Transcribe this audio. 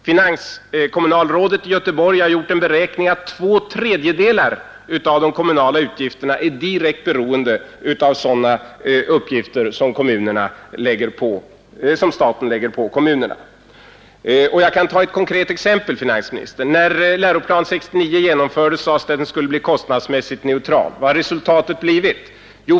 Finanskommunalrådet i Göteborg har gjort en beräkning att två tredjedelar av de kommunala utgifterna är direkt beroende av sådana uppgifter som staten lägger på kommunerna. Jag kan ta ett konkret exempel. När Läroplan 69 genomfördes sades det att den skulle bli kostnadsmässigt neutral. Vad har resultatet blivit?